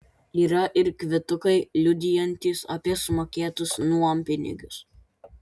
yra ir kvitukai liudijantys apie sumokėtus nuompinigius